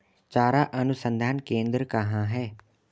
चारा अनुसंधान केंद्र कहाँ है?